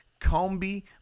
Combi